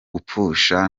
gupfusha